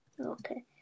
Okay